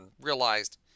realized